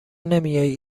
نمیایی